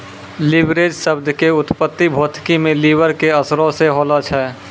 leverage शब्द के उत्पत्ति भौतिकी मे लिवर के असरो से होलो छै